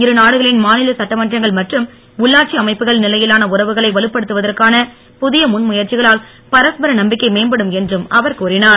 இருநாடுகளின் மாநில சட்டமன்றங்கள் மற்றும் உள்ளாட்சி அமைப்புகள் நிலையிலான உறவுகளை வலுப்படுத்துவதற்கான புதிய முன்முயற்சிகளால் பரஸ்பர நம்பிக்கை மேம்படும் என்றும் அவர் கூறினார்